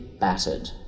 battered